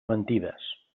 mentides